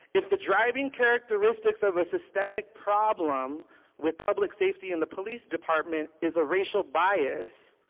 if the driving characteristics of a systemic problem with public safety and the police department is a racial bias,